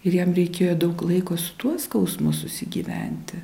ir jam reikėjo daug laiko su tuo skausmu susigyventi